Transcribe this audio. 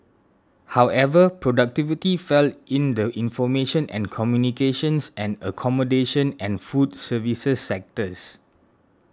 however productivity fell in the information and communications and accommodation and food services sectors